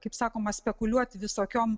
kaip sakoma spekuliuoti visokiom